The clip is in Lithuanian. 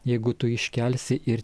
jeigu tu iškelsi ir